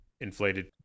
inflated